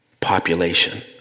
population